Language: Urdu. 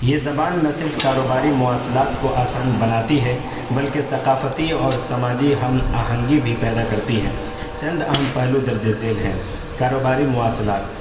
یہ زبان نہ صرف کاروباری مواصلات کو آسان بناتی ہے بلکہ ثقافتی اور سماجی ہم آہنگی بھی پیدا کرتی ہے چند اہم پہلو درج ذیل ہیں کاروباری مواصلات